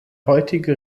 heutige